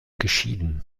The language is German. geschieden